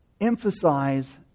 Emphasize